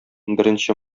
беренче